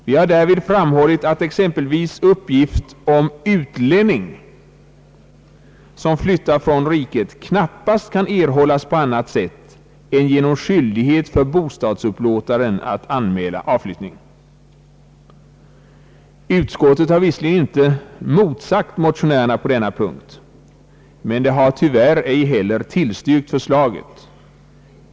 Vi har därvid framhållit att exempelvis uppgift om utlänning som flyttar från riket knappast kan erhållas på annat sätt än genom skyldighet för bostadsupplåtaren att anmäla avflyttning. Utskottet har visserligen inte motsagt motionärerna på denna punkt, men det har tyvärr ej heller tillstyrkt förslaget.